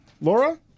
Laura